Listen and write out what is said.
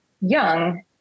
young